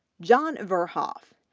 john verhoff,